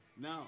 No